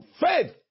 Faith